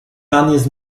pan